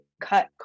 cut